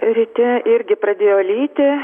ryte irgi pradėjo lyti